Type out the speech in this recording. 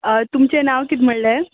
तुमचें नांव कितें म्हणलें